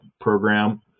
program